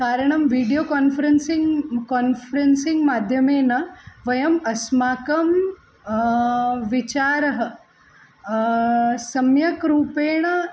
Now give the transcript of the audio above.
कारणं video conferencing conferencing माध्यमेन वयम् अस्माकं विचारः सम्यग्रूपेण